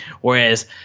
whereas